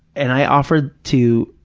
and i offered to,